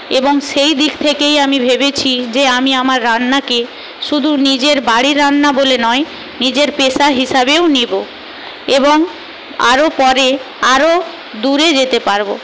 এবং সেই দিক থেকেই আমি ভেবেছি যে আমি আমার রান্নাকে শুধু নিজের বাড়ির রান্না বলে নয় নিজের পেশা হিসাবেও নেব এবং আরো পরে আরো দূরে যেতে পারবো